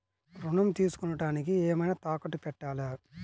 ఋణం తీసుకొనుటానికి ఏమైనా తాకట్టు పెట్టాలా?